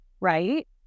right